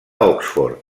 oxford